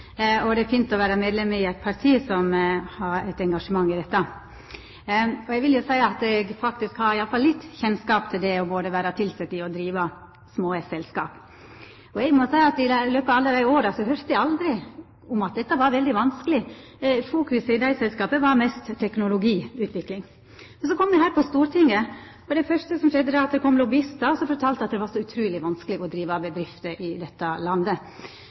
og det er fint å vera medlem i eit parti som har eit engasjement for dette. Eg vil seia at eg har i alle fall litt kjennskap til både det å vera tilsett og det å driva små selskap. Eg må seia at i løpet av alle dei åra høyrde eg aldri at dette var veldig vanskeleg. Fokuset i dei selskapa var mest på teknologiutvikling. Men så kom eg hit til Stortinget, og det første som skjedde, var at det kom lobbyistar som fortalde at det var så utruleg vanskeleg å driva bedrifter i dette landet.